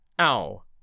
ow